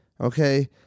Okay